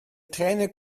träne